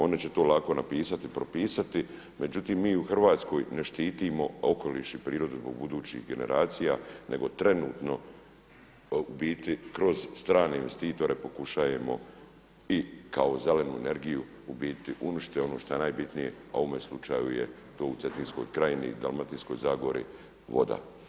One će to lako pisati, propisati međutim mi u Hrvatskoj ne štitimo okoliš i prirodu zbog budućih generacija, nego trenutno u biti kroz strane investitore pokušajemo i kao zelenu energiju u biti uništiti, a ono šta je najbitnije u ovom slučaju je to u Cetinskoj krajini i Dalmatinskoj zagori voda.